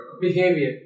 Behavior